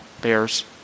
bears